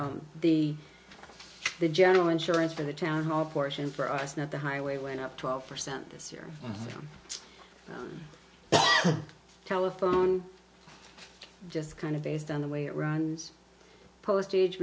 the the general insurance for the town hall portion for us now the highway went up twelve percent this year on the telephone just kind of based on the way it runs postage